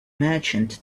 merchant